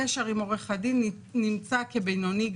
הקשר עם עורך הדין נמצא כבינוני-גבוה,